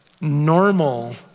Normal